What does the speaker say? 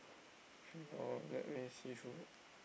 actually no let me see through